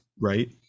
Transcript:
right